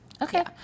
Okay